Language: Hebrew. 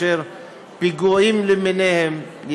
פיגועים למיניהם,